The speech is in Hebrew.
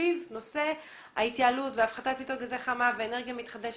סביב נושא ההתייעלות והפחתת פליטות גזי חממה ואנרגיה מתחדשת.